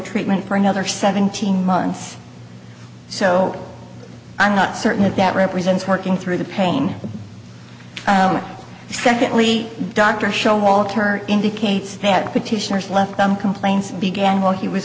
treatment for another seventeen months so i'm not certain that that represents working through the pain secondly dr show will occur indicates that petitioners left them complaints began while he was